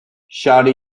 shawty